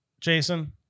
Jason